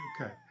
okay